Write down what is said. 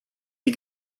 die